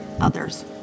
others